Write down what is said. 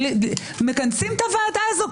מכנסים את הוועדה הזאת,